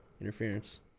Interference